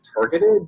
targeted